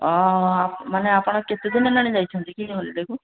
ହଁ ଆ ମାନେ ଆପଣ କେତେଦିନ ହେଲାଣି ଯାଇଛନ୍ତି କି ହଲିଡ଼େ'କୁ